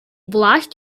blushed